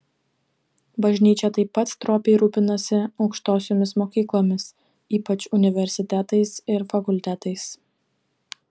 bažnyčia taip pat stropiai rūpinasi aukštosiomis mokyklomis ypač universitetais ir fakultetais